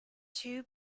two